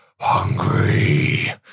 hungry